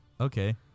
Okay